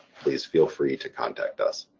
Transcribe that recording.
please feel free to contact us.